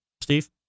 Steve